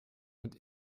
und